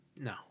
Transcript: No